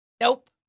nope